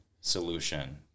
solution